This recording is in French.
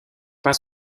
pas